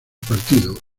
partido